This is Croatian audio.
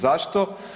Zašto?